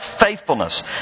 faithfulness